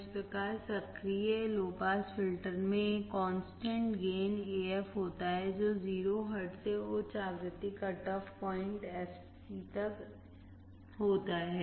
इस प्रकार सक्रिय लो पास फिल्टर में एक कांस्टेंट गेन AF होता है जो 0हर्ट्ज से उच्च आवृत्ति कट ऑफ पॉइंट fc तक होता है